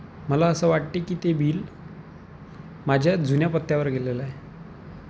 मला असं वाटते की ते बिल माझ्या जुन्या पत्त्यावर गेलेलं आहे